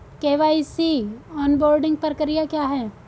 KYC onboarding प्रक्रिया क्या है?